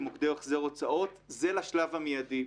מוקדי החזר הוצאות זה לשלב המידי.